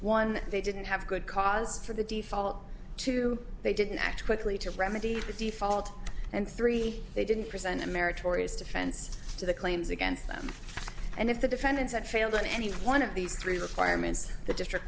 one they didn't have good cause for the default two they didn't act quickly to remedy the default and three they didn't present america for his defense to the claims against them and if the defendants had failed any one of these three requirements the district